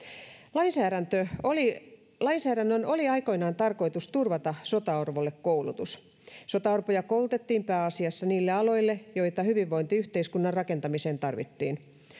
lainsäädännön oli lainsäädännön oli aikoinaan tarkoitus turvata sotaorvoille koulutus sotaorpoja koulutettiin pääasiassa niille aloille joita hyvinvointiyhteiskunnan rakentamiseen tarvittiin